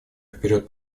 вперед